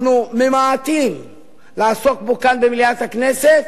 אנחנו ממעטים לעסוק בו כאן במליאת הכנסת